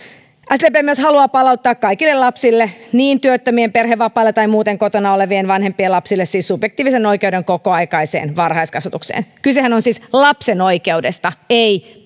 sdp haluaa myös palauttaa kaikille lapsille siis niin työttömien ja perhevapailla olevien kuin muuten kotona olevien vanhempien lapsille subjektiivisen oikeuden kokoaikaiseen varhaiskasvatukseen kysehän on siis lapsen oikeudesta ei